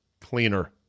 cleaner